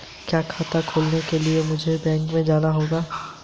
क्या खाता खोलने के लिए मुझे बैंक में जाना होगा?